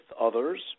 others